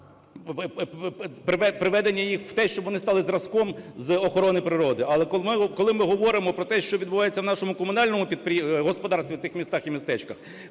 приведення їх в те, щоб вони стали зразком з охорони природи. Але коли ми говоримо про те, що відбувається в нашому комунальному господарстві в цих містах і містечках,